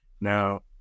Now